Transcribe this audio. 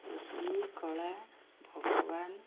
ଏହି କଳା ଭଗବାନ